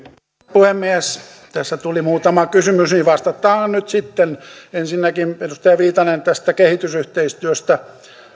puhemies tässä tuli muutama kysymys niin vastataan nyt sitten ensinnäkin edustaja viitanen tästä kehitysyhteistyöstä